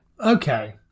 Okay